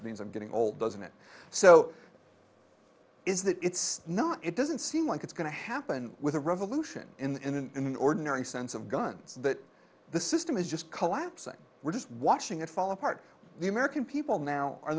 of getting old doesn't it so is that it's not it doesn't seem like it's going to happen with a revolution in an ordinary sense of guns that the system is just collapsing we're just watching it fall apart the american people now are